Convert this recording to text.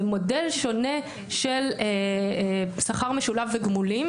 זה מודל שונה של שכר משולב וגמולים.